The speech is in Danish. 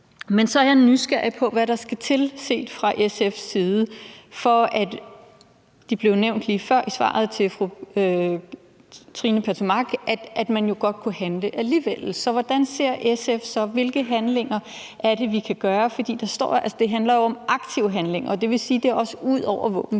Men jeg er nysgerrig på at høre, hvad der skal til set fra SF's side – det blev nævnt lige før i svaret til fru Trine Pertou Mach – for at man jo godt vil kunne handle alligevel. Så hvordan ser SF så på det? Hvilke handlinger er det, vi kan foretage? For det handler jo om aktive handlinger, og det vil sige, at det også er ud over våbenhvile.